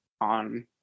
on